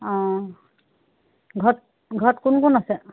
অঁ ঘৰত ঘৰত কোন কোন আছে